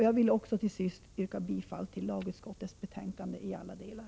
Jag vill också till sist yrka bifall till lagutskottets hemställan i alla delar.